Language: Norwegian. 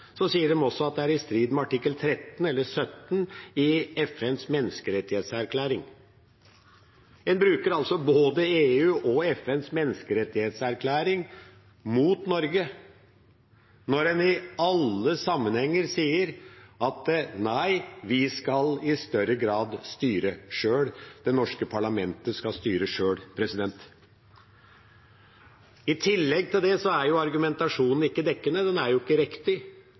sier de at det er i strid med artikkel 13 eller 17 i FNs menneskerettighetserklæring. En bruker altså både EU og FNs menneskerettighetserklæring mot Norge, mens en i alle andre sammenhenger sier: Nei, vi skal i større grad styre sjøl; det norske parlamentet skal styre sjøl. I tillegg til det er argumentasjonen ikke dekkende. Den er ikke riktig,